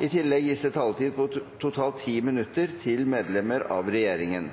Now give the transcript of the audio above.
I tillegg gis en taletid på totalt 10 minutter til medlemmer av regjeringen.